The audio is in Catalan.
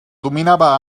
dominava